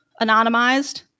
anonymized